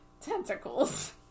tentacles